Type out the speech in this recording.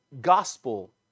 gospel